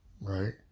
right